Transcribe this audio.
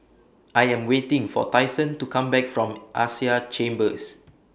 I Am waiting For Tyson to Come Back from Asia Chambers